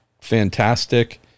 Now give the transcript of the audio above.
fantastic